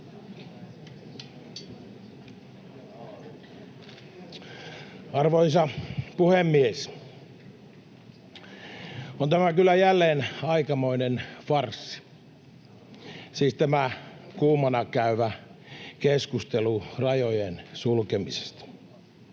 Arvoisa puhemies! On tämä kyllä jälleen aikamoinen farssi, siis tämä kuumana käyvä keskustelu rajojen sulkemisesta.